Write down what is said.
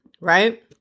Right